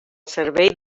servei